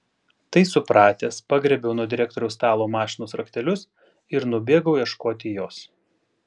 tai supratęs pagriebiau nuo direktoriaus stalo mašinos raktelius ir nubėgau ieškoti jos